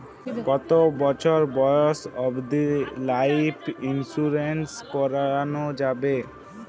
কতো বছর বয়স অব্দি লাইফ ইন্সুরেন্স করানো যাবে?